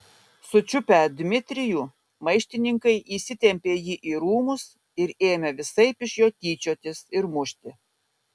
sučiupę dmitrijų maištininkai įsitempė jį į rūmus ir ėmė visaip iš jo tyčiotis ir mušti